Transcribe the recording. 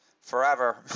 forever